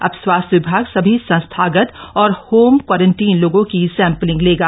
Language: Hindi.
अब स्वास्थ्य विभाग सभी संस्थागत और होम क्वारंटीन लोगों की सैंपलिंग लेगा